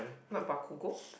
not Bakugo